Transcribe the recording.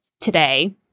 today